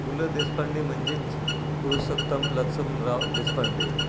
पु ल देशपांडे म्हणजेच पुरुषोत्तम लक्ष्मणराव देशपांडे